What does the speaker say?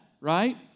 right